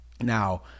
now